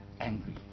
angry